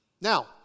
Now